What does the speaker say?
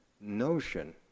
notion